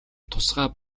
тусгай